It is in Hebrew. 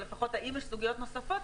או לפחות האם יש סוגיות נוספות,